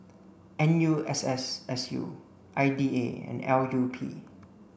N U S S S U I D A and L U P